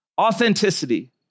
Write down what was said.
Authenticity